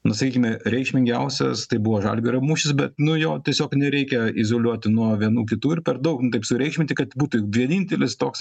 nu sakykime reikšmingiausias tai buvo žalgirio mūšis bet nu jo tiesiog nereikia izoliuoti nuo vienų kitų ir per daug taip sureikšminti kad būtų vienintelis toks